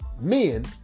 men